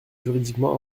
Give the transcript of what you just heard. juridiquement